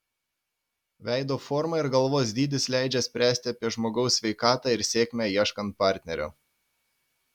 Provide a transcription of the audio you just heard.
veido forma ir galvos dydis leidžia spręsti apie žmogaus sveikatą ir sėkmę ieškant partnerio